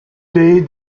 day